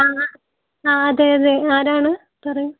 ആ ആ ആ അതെ അതെ ആരാണ് പറയൂ